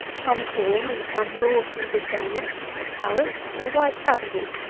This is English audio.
some corn and some raw swedish turnips, or carrots, or white cabbages,